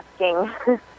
asking